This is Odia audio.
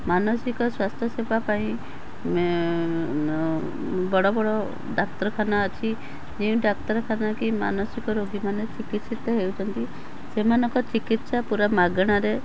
ମାନସିକ ସ୍ୱାସ୍ଥ୍ୟ ସେବା ପାଇଁ ମେଁ ବଡ଼ ବଡ଼ ଡ଼ାକ୍ତରଖାନା ଅଛି ଯେଉଁ ଡ଼ାକ୍ତରଖାନା କି ମାନସିକ ରୋଗୀମାନେ ଚିକିତ୍ସିତ ହେଉଛନ୍ତି ସେମାନଙ୍କ ଚିକିତ୍ସା ପୂରା ମାଗଣାରେ